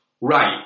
right